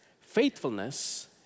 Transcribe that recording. faithfulness